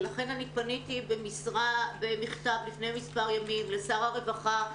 ולכן פניתי במכתב לפני מספר ימים לשר הרווחה,